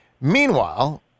Meanwhile